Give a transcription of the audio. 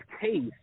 case